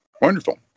Wonderful